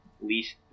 least